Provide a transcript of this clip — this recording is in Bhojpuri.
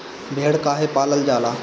भेड़ काहे पालल जाला?